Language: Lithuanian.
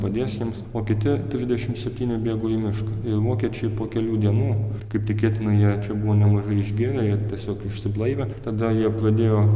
padės jiems o kiti trisdešimt septyni bėgo į mišką ir vokiečiai po kelių dienų kaip tikėtina jie čia buvo nemažai išgėrę jie tiesiog išsiblaivė ir tada jie pradėjo